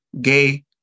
gay